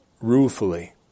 ruefully